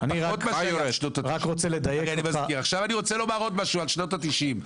זה פחות --- אני רוצה לומר עוד משהו על שנות ה-90'.